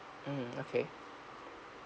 mm okay